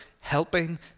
helping